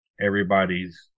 everybody's